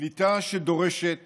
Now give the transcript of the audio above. קליטה שדורשת